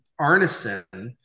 Arneson